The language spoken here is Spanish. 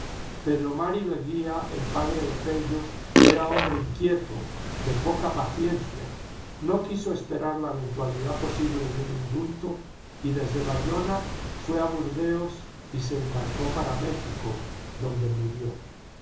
mari leguía el padre de pello era hombre inquieto de poca paciencia no quiso esperar la eventualidad posible de un indulto y desde bayona fué a burdeos y se embarcó para méjico donde murió